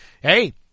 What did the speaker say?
hey